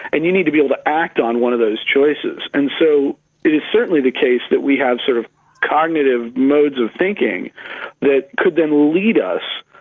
and you need to be able to act on one of those choices. and so it is certainly the case that we have sort of cognitive modes of thinking that could then lead us.